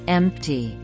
empty